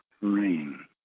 rain